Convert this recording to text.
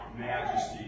majesty